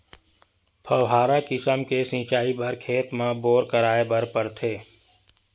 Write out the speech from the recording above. फव्हारा किसम के सिचई बर खेत म बोर कराए बर परथे